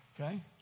Okay